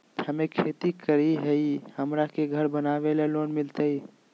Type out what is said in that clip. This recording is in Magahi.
हमे खेती करई हियई, हमरा के घर बनावे ल लोन मिलतई?